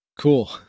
Cool